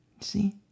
See